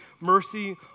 mercy